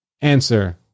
Answer